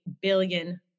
billion